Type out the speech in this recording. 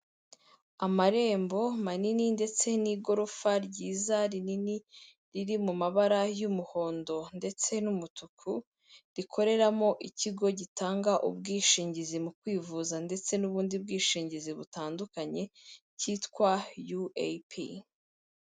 Amarembo manini ndetse n'igorofa ryiza rinini riri mu mabara y'umuhondo ndetse n'umutuku, rikoreramo ikigo gitanga ubwishingizi mu kwivuza ndetse n'ubundi bwishingizi butandukanye cyitwa UAP.